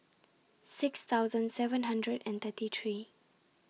six thousand seven hundred and thirty three